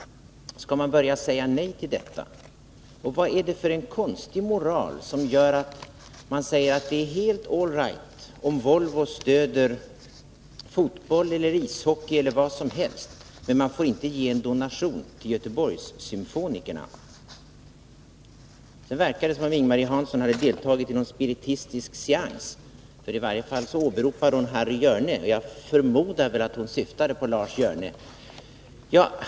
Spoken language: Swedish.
Skall man börja säga nej till detta? Vad är det för en konstig moral som gör att man anser att det är helt all right om Volvo stöder fotboll, ishockey eller vad som helst, men att man inte får ge en donation till Göteborgssymfonikerna? Sedan verkar det som om Ing-Marie Hansson hade deltagit i någon spiritistisk seans. I varje fall åberopade hon Harry Hjörne, men jag förmodar att hon syftade på Lars Hjörne.